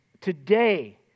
today